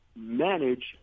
manage